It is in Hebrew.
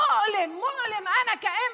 מכאיב לי כאם.